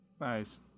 Nice